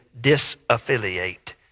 disaffiliate